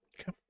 Okay